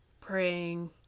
praying